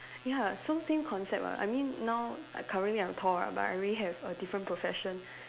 ya so same concept ah I mean now currently I'm tall right but I already have a different profession